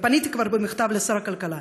ופניתי כבר במכתב לשר הכלכלה,